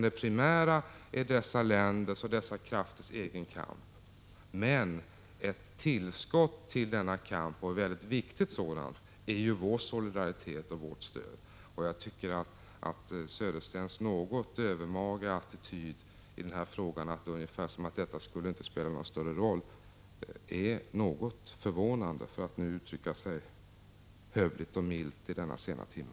Det primära är dessa länders och krafters egen kamp, men vår solidaritet och vårt stöd är ett mycket viktigt tillskott. Jag tycker att Bo Söderstens något övermaga attityd, ungefär att detta inte skulle spela någon roll, är något förvånande, för att nu uttrycka sig hövligt och milt i denna sena timme.